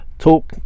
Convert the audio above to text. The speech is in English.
talk